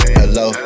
hello